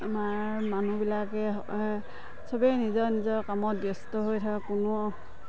আমাৰ মানুহবিলাকে চবেই নিজৰ নিজৰ কামত ব্যস্ত হৈ থাকে কোনো